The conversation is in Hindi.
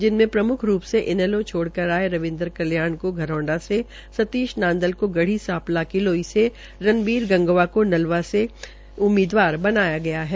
जिनमे प्रम्ख रूप से इनैलो छोड़कर कर आये रविन्द्र कल्याण को धरौडा से सतीश नांदल को गढ़ी सांपला किलोई से रनबीर गंगवा को नलवा से उम्मीदवार बनाया गया है